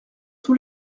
tous